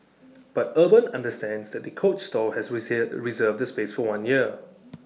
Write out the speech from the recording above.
but urban understands that the coach store has reserved the space for one year